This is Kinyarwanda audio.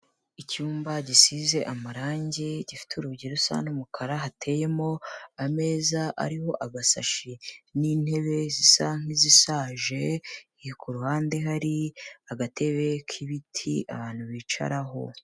Icyumba gisize amarange gifite urugi rusa n'umukara, hateyemo ameza ariho agasashi n'intebe zisa n'izisaje, ku ruhande hari agatebe k'ibiti ahantu bicaraho.